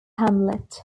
hamlet